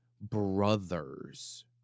brothers